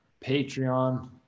Patreon